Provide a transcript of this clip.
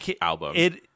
album